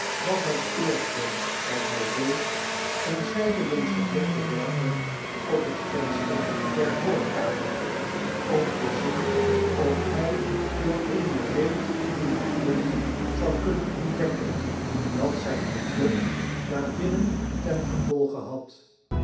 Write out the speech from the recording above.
was het eerste wat hij deed een zydelingschen blik te werpen op het venster der voorkamer om te zien of hy door eene reet in het blind zou kunnen ontdekken wat zyn geklop daar binnen ten gevolge had